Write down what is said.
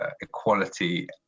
equality